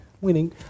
winning